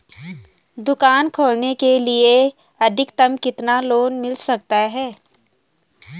दुकान खोलने के लिए अधिकतम कितना लोन मिल सकता है?